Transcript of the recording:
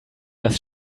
das